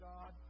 God